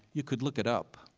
you could look it up.